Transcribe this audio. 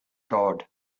god